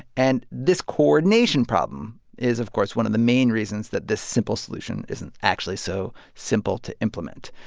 and this coordination problem is of course one of the main reasons that this simple solution isn't actually so simple to implement.